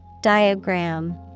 Diagram